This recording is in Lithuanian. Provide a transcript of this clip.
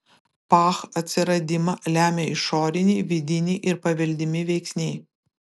pah atsiradimą lemia išoriniai vidiniai ir paveldimi veiksniai